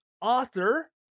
author